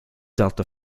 delta